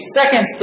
second